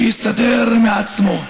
שיסתדר מעצמו.